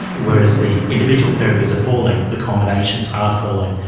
whereas the individual therapies are falling, the combinations aren't falling,